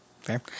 fair